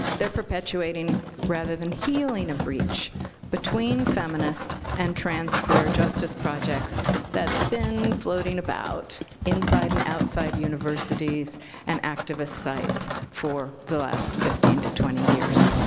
they're perpetuating rather than healing a breach between feminist and trans queer justice projects that's been floating about inside and outside universities and activist sites for the last fifteen to twenty years.